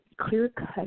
clear-cut